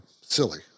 silly